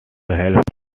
helped